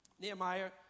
Nehemiah